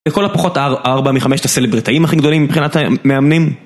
לכל הפחות הארבע מחמש, הסלברטאים הכי גדולים מבחינת המאמנים